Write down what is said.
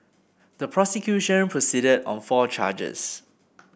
the prosecution proceeded on four charges